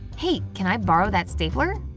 hey, can i borrow that stapler?